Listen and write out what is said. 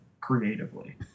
creatively